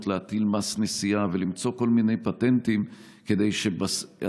להטיל מס נסיעה ולמצוא כל מיני פטנטים כדי שבסוף,